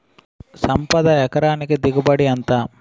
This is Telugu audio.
సంపద ఎకరానికి దిగుబడి ఎంత?